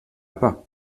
pas